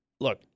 look